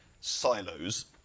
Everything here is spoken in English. silos